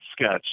sketch